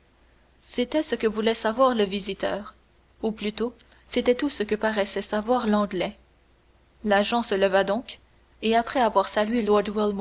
c'était ce que voulait savoir le visiteur ou plutôt c'était tout ce que paraissait savoir l'anglais l'agent se leva donc et après avoir salué